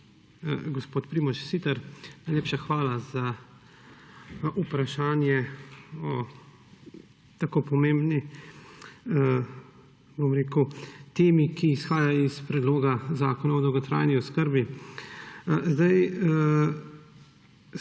gospod Primož Siter, najlepša hvala za vprašanje o tako pomembni temi, ki izhaja iz Predloga zakona o dolgotrajni oskrbi. S predstavniki